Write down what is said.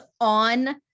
on